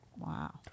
Wow